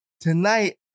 tonight